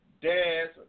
dads